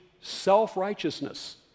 self-righteousness